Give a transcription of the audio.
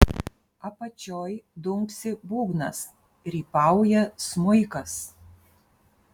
apačioj dunksi būgnas rypauja smuikas